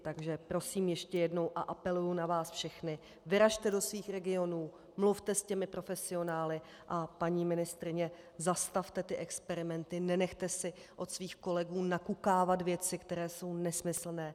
Takže prosím ještě jednou a apeluji na vás všechny vyražte do svých regionů, mluvte s těmi profesionály, a paní ministryně, zastavte ty experimenty, nenechte si od svých kolegů nakukávat věci, které jsou nesmyslné.